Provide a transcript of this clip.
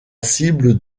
cible